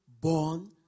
Born